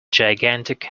gigantic